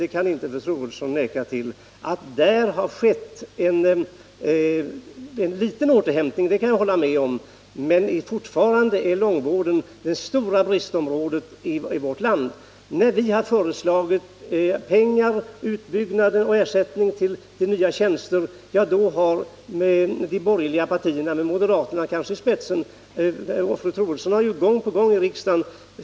Jag kan hålla med om att det skett en liten återhämtning när det gäller långvården, men fortfarande är långvården det stora bristområdet i vårt land. När vi har föreslagit utbyggnad och pengar till nya tjänster har de borgerliga partierna med moderaterna i spetsen talat emot det — det har fru Troedsson gjort gång på gång i riksdagen.